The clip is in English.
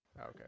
okay